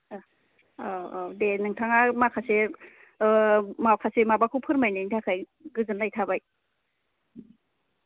औ औ दे नोंथाङा माखासे माखासे माबाखौ फोरमायनायनि थाखाय गोजोननाय थाबाय